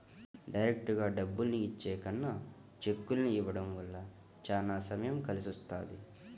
డైరెక్టుగా డబ్బుల్ని ఇచ్చే కన్నా చెక్కుల్ని ఇవ్వడం వల్ల చానా సమయం కలిసొస్తది